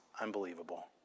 unbelievable